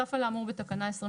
בנוסף על האמור בתקנה 28,